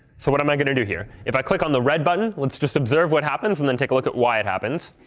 so what am i going to do here? if i click on the red button, let's just observe what happens and then take a look at why it happens.